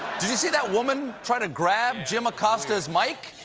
did you see that woman try to grab jim acosta's mic?